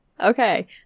Okay